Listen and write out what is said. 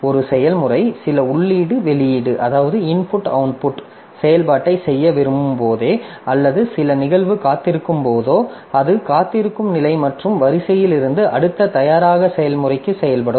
ஒரு செயல்முறை சில உள்ளீட்டு வெளியீட்டு செயல்பாட்டைச் செய்ய விரும்பும் போதோ அல்லது சில நிகழ்வு காத்திருக்கும்போதோ அது காத்திருக்கும் நிலை மற்றும் வரிசையில் இருந்து அடுத்த தயாராக செயல்முறை செய்யப்படும்